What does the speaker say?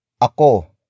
ako